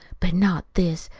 but not this.